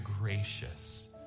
gracious